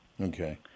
Okay